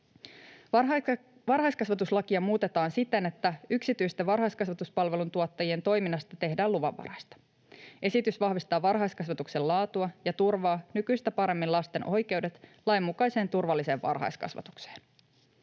Varhaiskasvatuslakia muutetaan siten, että yksityisten varhaiskasvatuspalvelujen tuottajien toiminnasta tehdään luvanvaraista. Esitys vahvistaa varhaiskasvatuksen laatua ja turvaa nykyistä paremmin lasten oikeudet lainmukaiseen turvalliseen varhaiskasvatukseen.